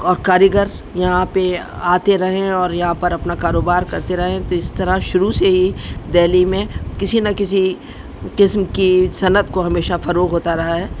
اور کاریگر یہاں پہ آتے رہیں اور یہاں پر اپنا کاروبار کرتے رہیں تو اس طرح شروع سے ہی دہلی میں کسی نہ کسی قسم کی صنعت کو ہمیشہ فروغ ہوتا رہا ہے